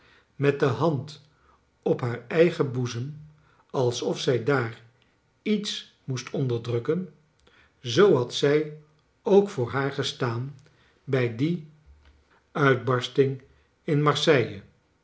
met de hand op haar eigen boezem als of zij daar iets moest onderdrukken zoo had zij ook voor haar gestaan bij die uitbar sting in marseille